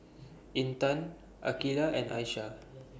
Intan Aqeelah and Aisyah